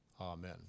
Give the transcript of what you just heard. amen